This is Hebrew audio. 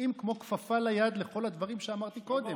התאים כמו כפפה ליד לכל הדברים שאמרתי קודם.